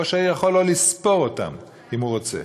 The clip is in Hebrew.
ראש העיר יכול לא לספור אותם אם הוא רוצה.